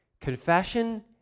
confession